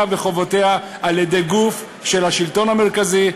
וחובותיה על-ידי גוף של השלטון המרכזי,